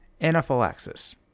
Anaphylaxis